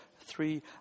three